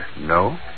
No